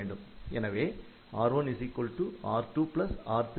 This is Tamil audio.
எனவே R1R2R34